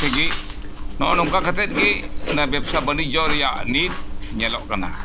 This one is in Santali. ᱛᱮᱜᱮ ᱱᱚᱜᱼᱚᱭ ᱱᱚᱝᱠᱟ ᱠᱟᱛᱮᱫ ᱜᱮ ᱚᱱᱟ ᱵᱮᱵᱽᱥᱟ ᱵᱟᱱᱤᱡᱽᱡᱚ ᱨᱮᱭᱟᱜ ᱱᱤᱛᱧᱮᱞᱚᱜ ᱠᱟᱱᱟ